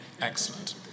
Excellent